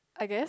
I guess